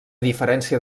diferència